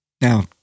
Now